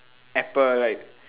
apple like